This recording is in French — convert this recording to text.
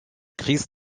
christ